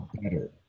better